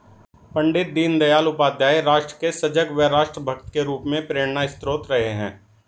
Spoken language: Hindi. पण्डित दीनदयाल उपाध्याय राष्ट्र के सजग व राष्ट्र भक्त के रूप में प्रेरणास्त्रोत रहे हैं